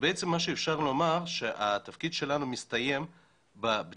בעצם מה שאפשר לומר שהתפקיד שלנו מסתיים בבדיקת